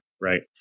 right